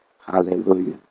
Hallelujah